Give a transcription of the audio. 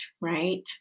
right